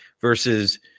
versus